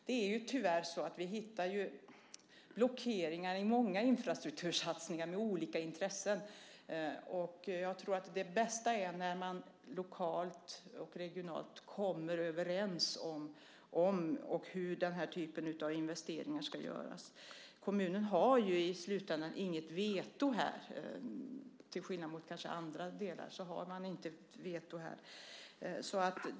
Tyvärr hittar vi blockeringar i många infrastruktursatsningar med olika intressen. Jag tror att det bästa är när man lokalt och regionalt kommer överens om hur, och om, denna typ av investeringar ska göras. Kommunen har ju i slutändan inget veto här. Till skillnad från kanske andra delar har man inte ett veto här.